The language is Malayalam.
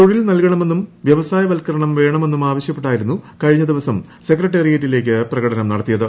തൊഴിൽ നൽകണമെന്നും വൃവസായവത്കരണം വേണമെന്നും ആവശ്യപ്പെട്ടായിരുന്നു കഴിഞ്ഞ ദിവസം സെക്രട്ടേറിയേറ്റിലേക്ക് പ്രകടനം നടത്തിയത്